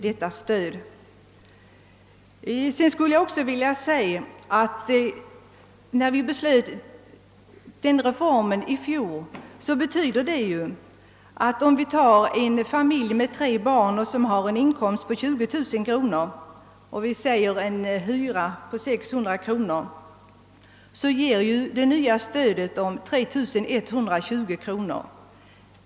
Den reform vi i fjol beslöt innebär att en familj med tre barn som har en inkomst på 20000 kronor och betalar en hyra på 600 kronor per månad får ett stöd med 3120 kronor.